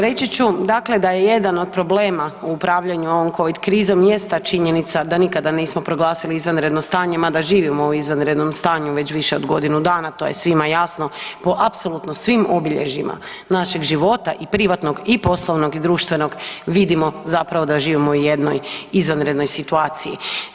Reći ću dakle da je jedan od problema u upravljanju ovom covid krizom jest ta činjenica da nikada nismo proglasili izvanredno stanje mada živimo u izvanrednom stanju već više od godinu dana, to je svima jasno, po apsolutno svim obilježjima našeg života i privatnog i poslovnog i društvenog vidimo zapravo da živimo u jednoj izvanrednoj situaciji.